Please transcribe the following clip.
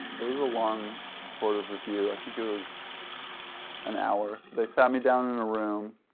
it was a long board of review. i think it was an hour. they sat me down in a room